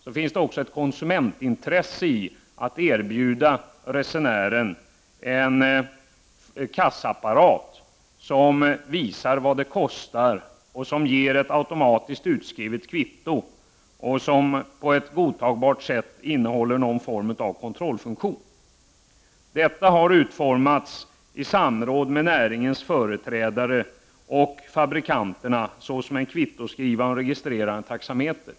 Det finns också ett konsumentintresse av att resenären kan erbjudas en registreringsmetod som visar kostnadens storlek och ger ett automatiskt utskrivet kvitto. Kassaapparaten bör dessutom ha någon godtagbar kontrollfunktion. En sådan metod har utformats i samråd med näringens företrädare och fabrikanterna och bygger på en kvittoskrivande och registrerande taxameter.